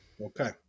Okay